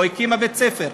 לא הקימה בית-ספר.